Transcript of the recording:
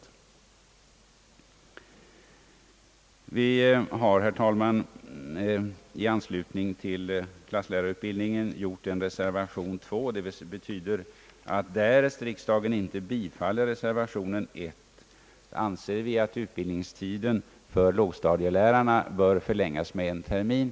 Vi har, herr talman, i anslutning till klasslärarutbildningen avgivit en reservation, nr 2. Den innebär att därest riksdagen inte bifaller reservation 1 yrkar vi att utbildningstiden för lågstadielärarna bör förlängas med en termin.